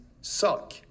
suck